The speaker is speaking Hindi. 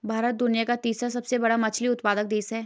भारत दुनिया का तीसरा सबसे बड़ा मछली उत्पादक देश है